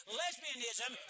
lesbianism